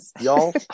Y'all